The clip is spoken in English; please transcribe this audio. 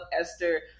Esther